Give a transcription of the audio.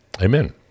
amen